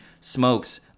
smokes